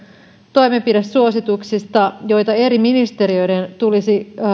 toimenpidesuosituksista joita eri ministeriöiden tulisi